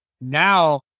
now